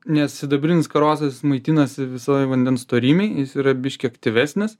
nes sidabrinis karosas maitinasi visoj vandens storymėj jis yra biški aktyvesnis